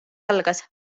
algas